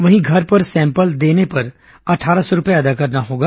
वहीं घर पर सैंपल देने पर अट्ठारह सौ रूपए अदा करना होगा